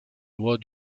lois